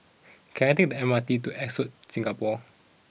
can I take the M R T to Ascott Singapore